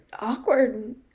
awkward